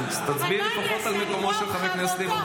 לפחות תצביעי על מקומו של חבר הכנסת ליברמן.